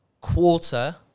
quarter